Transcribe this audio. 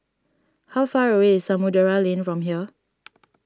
how far away is Samudera Lane from here